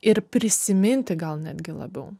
ir prisiminti gal netgi labiau